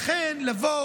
בלי,